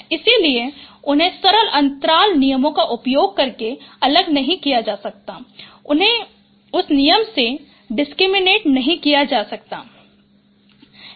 इसलिए उन्हें सरल अंतराल नियमों का उपयोग करके अलग नहीं किया जा सकता है उन्हें उसे नियमों से डिसक्रिमिनेट नहीं किया जा सकता है